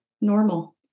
normal